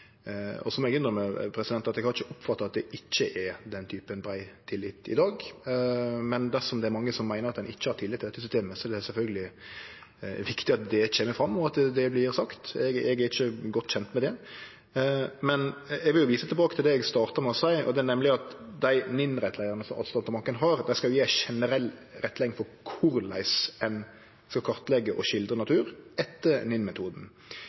Så må eg innrømme at eg ikkje har oppfatta at det ikkje er den typen brei tillit i dag, men dersom det er mange som ikkje har tillit til dette systemet, er det sjølvsagt viktig at det kjem fram, og at det vert sagt. Eg er ikkje godt kjent med det. Eg vil vise til det eg starta med å seie, nemleg at dei NiN-rettleiarane som Artsdatabanken har, skal gje ei generell rettleiing for korleis ein skal kartleggje og skildre natur etter NiN-metoden. Men Artsdatabanken er også tydeleg på at det er den